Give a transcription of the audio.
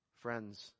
friends